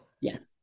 Yes